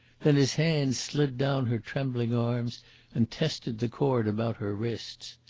then his hands slid down her trembling arms and tested the cord about her wrists.